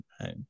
Right